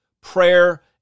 prayer